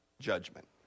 judgment